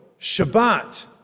Shabbat